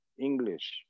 English